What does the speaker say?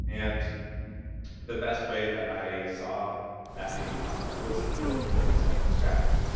and the best way that i saw that being possible was to build a data set from scratch.